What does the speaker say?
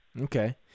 Okay